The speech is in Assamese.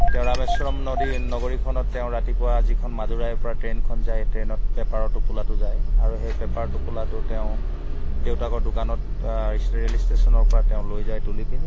তেওঁ ৰামেশ্বৰম নদী নগৰীখনত তেওঁ ৰাতিপুৱা যিখন মাদুৰাই পৰা ট্ৰে'নখন যায় ট্ৰে'নত পেপাৰৰ টোপোলাটো যায় আৰু সেই পেপাৰৰ টোপোলা তেওঁ দেউতাকৰ দোকানত ৰে'ল ষ্টেচনৰ পা তেওঁ লৈ যায় তুলিকেনি